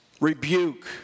rebuke